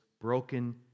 broken